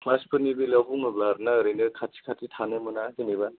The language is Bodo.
क्लासफोरनि बेलायाव बुङोब्ला आरोना ओरैनो खाथि खाथि थानो मोना जेन'बा